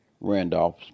Randolph